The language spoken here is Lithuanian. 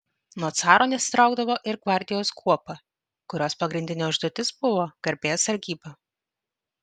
nuo caro nesitraukdavo ir gvardijos kuopa kurios pagrindinė užduotis buvo garbės sargyba